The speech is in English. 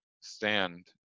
stand